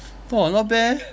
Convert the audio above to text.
!whoa! not bad eh